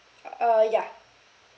uh uh yeah